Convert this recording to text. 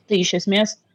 tai iš esmės